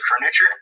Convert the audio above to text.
furniture